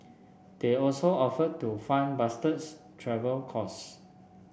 they also offered to fund Bastard's travel costs